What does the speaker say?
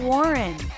Warren